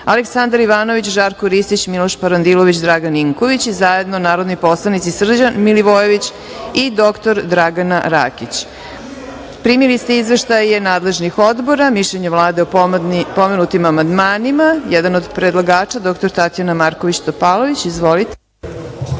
Aleksandar Ivanović, Žarko Ristić, Miloš Parandilović i Dragan Ninković i zajedno narodni poslanici Srđan Milivojević i dr. Dragana Rakić. Primili ste izveštaje nadležni odbora i mišljenje Vlade o podnetim amandmanima. Jedan od predlagača dr. Tatjana Marković Topalović, izvolite.